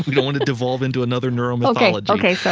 don't want to devolve into another neuro-mythology ok, so